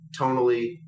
tonally